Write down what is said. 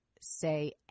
say